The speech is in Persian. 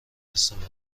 استعمال